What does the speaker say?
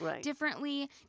differently